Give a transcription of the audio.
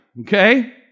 okay